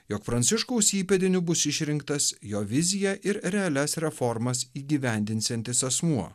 jog pranciškaus įpėdiniu bus išrinktas jo viziją ir realias reformas įgyvendinsiantis asmuo